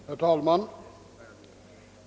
Herr talman!